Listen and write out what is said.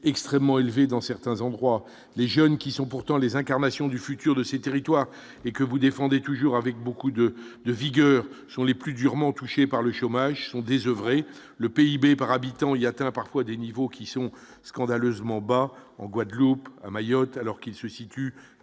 extrêmement élevé dans certains endroits, les jeunes qui sont pourtant les incarnations du futur de ces territoires et que vous défendez toujours avec beaucoup de de vigueur sur les plus durement touchés par le chômage sont désoeuvrés, le PIB par habitant il y atteint parfois des niveaux qui sont scandaleusement bas en Guadeloupe, Mayotte, alors qu'il se situe